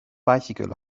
bicycle